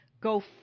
go